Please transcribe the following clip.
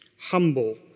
humble